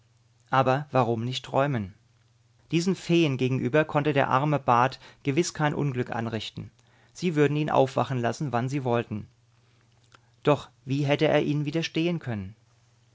aber warum nicht träumen diesen feen gegenüber konnte er der arme bat gewiß kein unglück anrichten sie würden ihn aufwachen lassen wann sie wollten doch wie hätte er ihnen widerstehen können